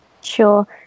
Sure